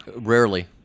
Rarely